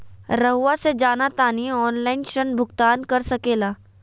रहुआ से जाना तानी ऑनलाइन ऋण भुगतान कर सके ला?